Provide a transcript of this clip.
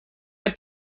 der